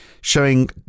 showing